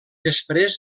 després